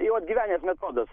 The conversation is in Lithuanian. jau atgyvenęs metodas